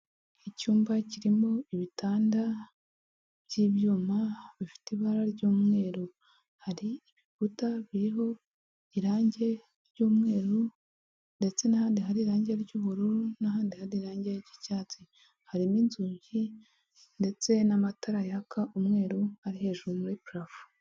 Icyumba kirimo ibitanda by'ibyuma bifite ibara ry'umweru hari ibikuta biriho irange ry'umweru ndetse n'ahandi hari irange ry'ubururu n'ahandi hari irange ry'icyatsi harimo inzugi ndetse n'amatara yaka umweru ari hejuru muri parafo.